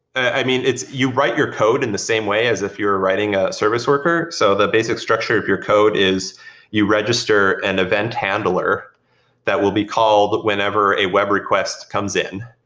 i mean, you write your code in the same way as if you're writing a service worker. so the basic structure of your code is you register an event handler that will be called whenever a web request comes in,